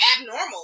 abnormal